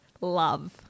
love